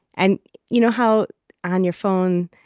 and you know how on your phone,